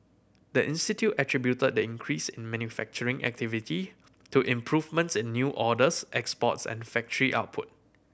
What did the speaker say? the institute attributed the increase in manufacturing activity to improvements in new orders exports and factory output